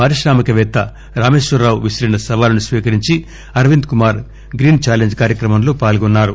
పారిశ్రామికపేత్త రామేశ్వరరావు విసిరిన సవాలును స్వీకరించి అరవింద్ కుమార్ గ్రీన్ ఛాలెంజ్ కార్యక్రమంలో పాల్గొన్నారు